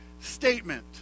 statement